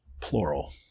Plural